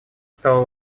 стало